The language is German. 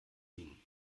ging